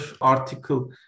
Article